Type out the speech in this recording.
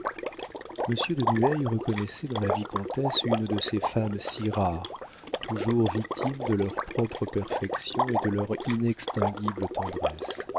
monsieur de nueil reconnaissait dans la vicomtesse une de ces femmes si rares toujours victimes de leur propre perfection et de leur inextinguible tendresse